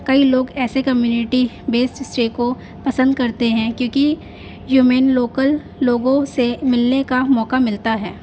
کئی لوگ ایسے کمیونٹی بیسڈ اسے کو پسند کرتے ہیں کیونکہ یومین لوکل لوگوں سے ملنے کا موقع ملتا ہے